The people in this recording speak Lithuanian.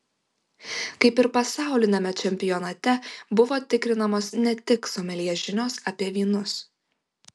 kaip ir pasauliniame čempionate buvo tikrinamos ne tik someljė žinios apie vynus